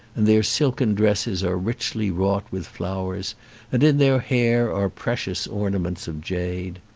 and their silken dresses are richly wrought with flowers and in their hair are precious ornaments of jade.